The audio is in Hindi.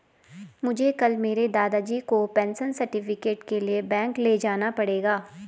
मुझे कल मेरे दादाजी को पेंशन सर्टिफिकेट के लिए बैंक ले जाना पड़ेगा